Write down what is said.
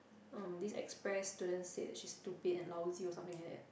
um this express student said that she is stupid and lousy or something like that